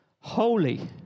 holy